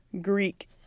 Greek